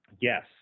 Yes